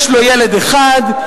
יש לו ילד אחד,